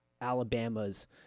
Alabama's